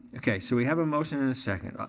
okay, so we have a motion and a second.